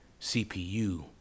CPU